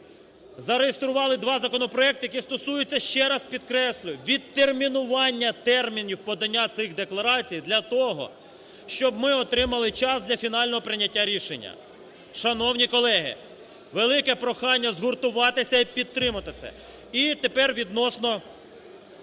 зареєстрували два законопроекти, які стосуються, ще раз підкреслюю, відтермінування термінів подання цих декларацій для того, щоб ми отримали час для фінального прийняття рішення. Шановні колеги, велике прохання згуртуватися і підтримати це. І тепер відносно